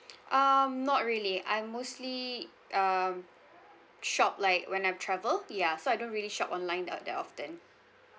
um not really I mostly um shop like when I travel ya so I don't really shop online uh that often